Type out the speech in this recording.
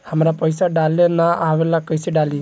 हमरा पईसा डाले ना आवेला कइसे डाली?